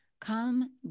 Come